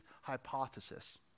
hypothesis